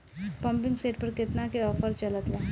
Pumping set पर केतना के ऑफर चलत बा?